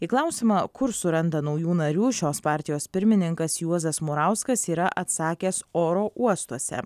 į klausimą kur suranda naujų narių šios partijos pirmininkas juozas murauskas yra atsakęs oro uostuose